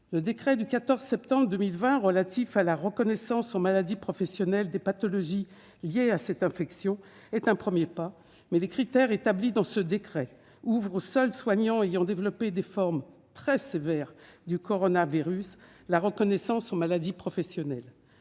Le décret du 14 septembre 2020 relatif à la reconnaissance en maladies professionnelles des pathologies liées à cette infection est un premier pas, mais les critères établis par ce texte ouvrent aux seuls soignants ayant développé des formes très sévères de coronavirus la reconnaissance en maladie professionnelle.